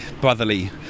brotherly